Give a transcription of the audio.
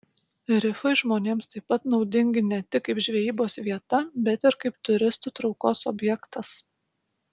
rifai žmonėms taip pat naudingi ne tik kaip žvejybos vieta bet ir kaip turistų traukos objektas